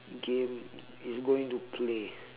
game is going to play